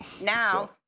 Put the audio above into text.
Now